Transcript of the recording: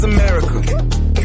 America